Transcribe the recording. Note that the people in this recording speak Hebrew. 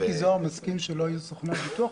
מיקי זוהר מסכים שלא יהיו סוכני ביטוח?